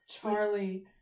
Charlie